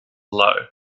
low